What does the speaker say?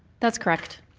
that's correct.